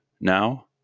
now